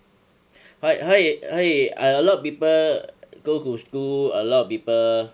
but 可以可以 a lot of people go to school a lot of people